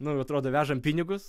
nu ir atrodo vežam pinigus